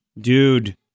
Dude